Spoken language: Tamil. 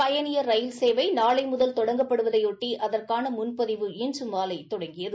பயனியா ரயில் சேவை நாளை முதல் தொடங்கப்படுவதையொட்டி அதற்கான முன்பதிவு இன்று மாலை தொடங்கியது